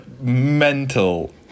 mental